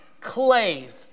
clave